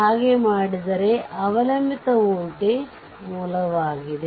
ಹಾಗೆ ಮಾಡಿದರೆ ಅವಲಂಬಿತ ವೋಲ್ಟೇಜ್ ಮೂಲವಾಗಿದೆ